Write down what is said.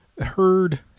heard